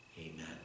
Amen